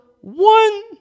one